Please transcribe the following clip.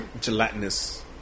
gelatinous